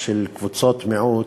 של קבוצות מיעוט,